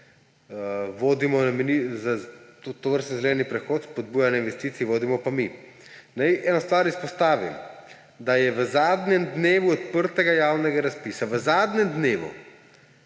dimenzije – tovrstni zeleni prehod, spodbujanje investicij – vodimo pa mi. Naj eno stvar izpostavim, da je v zadnjem dnevu odprtega javnega razpisa, v zadnjem dnevu,